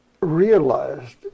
realized